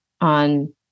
on